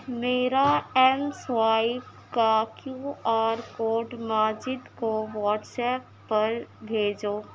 میرا M swipe کا Q R code Majid کو واٹس ایپ پر بھیجو